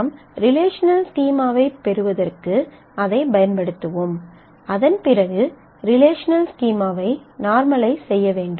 நாம் ரிலேஷனல் ஸ்கீமாவைப் பெறுவதற்கு அதைப் பயன்படுத்துவோம் அதன்பிறகு ரிலேஷனல் ஸ்கீமாவை நார்மலைஸ் செய்ய வேண்டும்